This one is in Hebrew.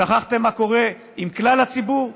שכחתם מה קורה עם כלל הציבור?